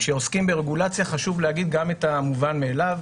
וכשעוסקים ברגולציה חשוב להגיד גם את המובן מאליו,